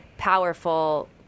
powerful